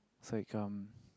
it's like um